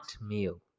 meal